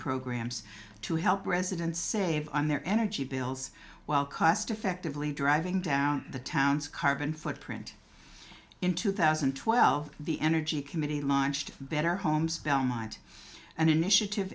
programs to help residents save on their energy bills while cost effectively driving down the town's carbon footprint in two thousand and twelve the energy committee launched better homes belmont an initiative